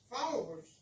followers